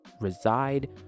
reside